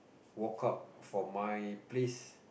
walk up from my place